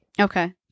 Okay